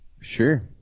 Sure